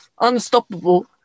Unstoppable